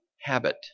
habit